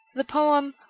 the poem,